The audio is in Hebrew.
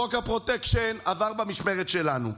חוק הפרוטקשן עבר במשמרת שלנו,